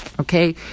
Okay